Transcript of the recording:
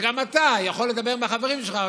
וגם אתה יכול לדבר עם החברים שלך.